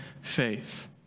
faith